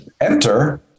enter